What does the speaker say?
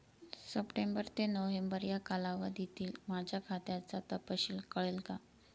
September ते November या कालावधीतील माझ्या खात्याचा तपशील कळेल का?